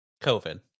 covid